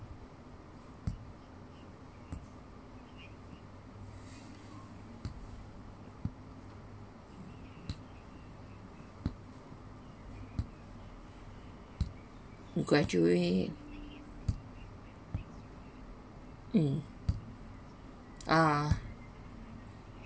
graduate mm ah